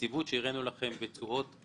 והיציבות שהראינו לכם בתשואות